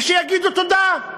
ושיגידו תודה.